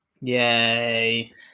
Yay